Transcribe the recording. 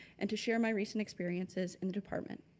and to share my recent experiences in department.